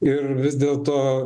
ir vis dėl to